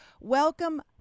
Welcome